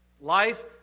Life